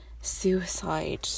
suicide